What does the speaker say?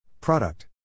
Product